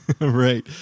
Right